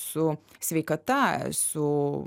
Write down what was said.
su sveikata su